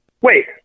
wait